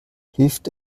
hilft